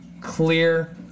clear